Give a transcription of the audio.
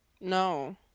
No